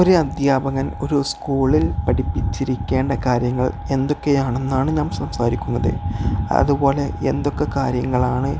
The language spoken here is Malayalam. ഒരു അദ്ധ്യാപകൻ ഒരു സ്കൂളിൽ പഠിപ്പിച്ചിരിക്കേണ്ട കാര്യങ്ങൾ എന്തൊക്കെയാണെന്നാണ് ഞാൻ സംസാരിക്കുന്നത് അതുപോലെ എന്തൊക്കെ കാര്യങ്ങളാണ്